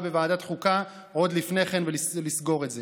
בוועדת חוקה עוד לפני כן ולסגור את זה.